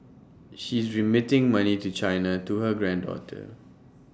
she's remitting money to China to her granddaughter